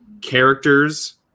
characters